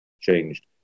changed